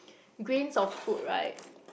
grains of food right